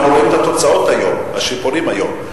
אנחנו רואים את התוצאות היום, את השיפורים היום.